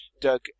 Doug